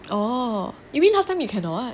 oh you mean last time you cannot